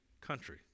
country